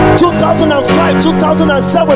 2005-2007